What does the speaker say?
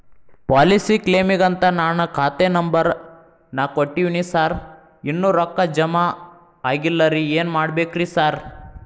Policy ಕ್ಲೇಮಿಗಂತ ನಾನ್ ಖಾತೆ ನಂಬರ್ ನಾ ಕೊಟ್ಟಿವಿನಿ ಸಾರ್ ಇನ್ನೂ ರೊಕ್ಕ ಜಮಾ ಆಗಿಲ್ಲರಿ ಏನ್ ಮಾಡ್ಬೇಕ್ರಿ ಸಾರ್?